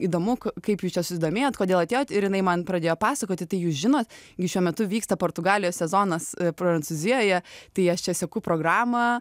įdomu kaip jūs čia susidomėjot kodėl atėjot ir jinai man pradėjo pasakoti tai jūs žinot gi šiuo metu vyksta portugalijos sezonas prancūzijoje tai aš čia seku programą